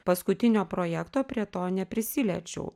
paskutinio projekto prie to neprisiliečiau